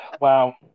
Wow